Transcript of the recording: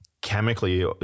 chemically